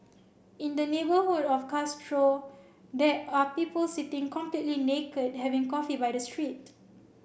in the neighbourhood of Castro there are people sitting completely naked having coffee by the street